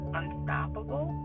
unstoppable